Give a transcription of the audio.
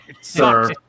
sir